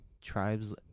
tribes